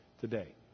today